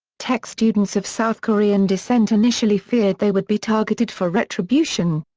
tech students of south korean descent initially feared they would be targeted for retribution.